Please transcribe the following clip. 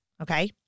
Okay